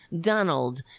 Donald